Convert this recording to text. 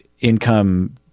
income